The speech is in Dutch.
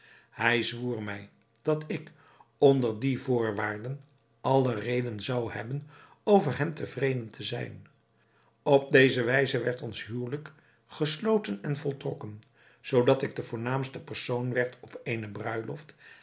hij zwoer mij dat ik onder die voorwaarden alle reden zou hebben over hem tevreden te zijn op deze wijze werd ons huwelijk gesloten en voltrokken zoodat ik de voornaamste persoon werd op eene bruiloft